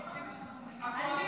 --- שמעתי, היא תעבור לוועדת הכנסת.